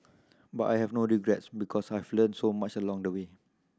but I have no regrets because I've learnt so much along the way